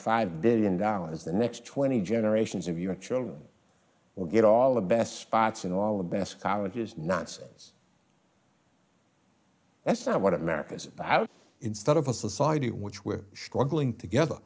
five billion dollars the next twenty generations of your children will get all the best spots and all the best colleges non sense that's not what america is out instead of a society which we're struggling together